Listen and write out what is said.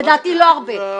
לדעתי לא הרבה,